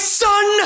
son